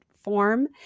form